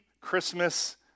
Christmas